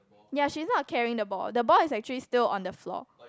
yea she is not carrying the ball the ball is actually still on the floor